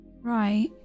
Right